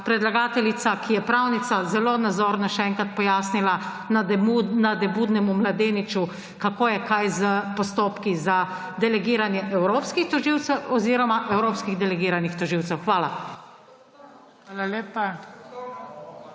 predlagateljica, ki je pravnica, zelo nazorno še enkrat pojasnila nadobudnemu mladeniču, kako je kaj s postopki za delegiranje evropskih tožilcev oziroma evropskih delegiranih tožilcev. Hvala.